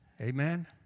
Amen